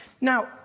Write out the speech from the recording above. Now